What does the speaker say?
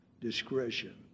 discretion